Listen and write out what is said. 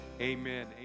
Amen